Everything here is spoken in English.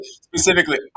specifically